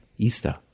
Easter